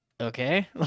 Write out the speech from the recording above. okay